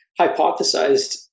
hypothesized